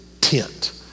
tent